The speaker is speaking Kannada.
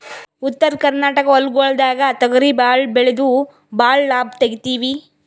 ಉತ್ತರ ಕರ್ನಾಟಕ ಹೊಲ್ಗೊಳ್ದಾಗ್ ತೊಗರಿ ಭಾಳ್ ಬೆಳೆದು ಭಾಳ್ ಲಾಭ ತೆಗಿತೀವಿ